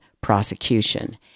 prosecution